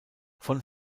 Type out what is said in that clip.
von